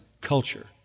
culture